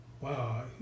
wow